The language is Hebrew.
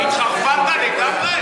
התחרפנת לגמרי?